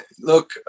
Look